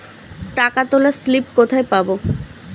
টাকা তোলার স্লিপ কোথায় পাব?